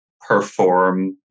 perform